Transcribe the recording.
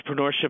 entrepreneurship